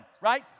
right